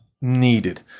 needed